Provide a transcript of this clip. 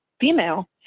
female